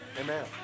Amen